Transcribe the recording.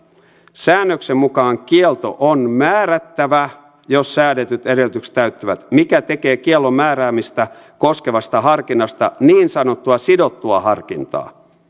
säännöksen mukaan kielto on määrättävä jos säädetyt edellytykset täyttyvät mikä tekee kiellon määräämistä koskevasta harkinnasta niin sanottua sidottua harkintaa